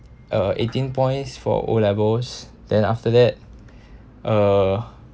uh eighteen points for O levels then after that uh